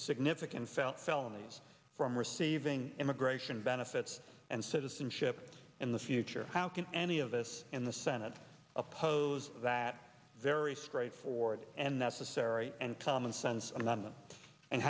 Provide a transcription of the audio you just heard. significant found felonies from receiving immigration benefits and citizenship in the future how can any of us in the senate oppose that very straightforward and that's the scary and common sense